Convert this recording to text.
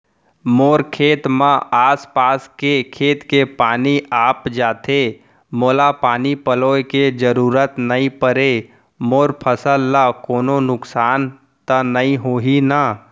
मोर खेत म आसपास के खेत के पानी आप जाथे, मोला पानी पलोय के जरूरत नई परे, मोर फसल ल कोनो नुकसान त नई होही न?